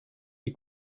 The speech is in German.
die